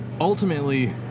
Ultimately